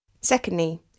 Secondly